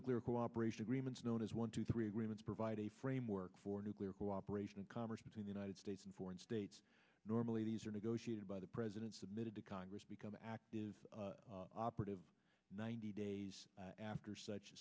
nuclear cooperation agreements known as one two three agreements provide a framework for nuclear cooperation and commerce between united states and foreign states normally these are negotiated by the president submitted to congress become active operative ninety days after such